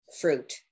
fruit